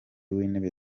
w’intebe